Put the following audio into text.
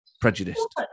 prejudiced